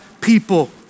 people